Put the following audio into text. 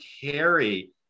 carry